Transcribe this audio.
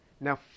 Now